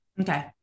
okay